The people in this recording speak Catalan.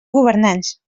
governants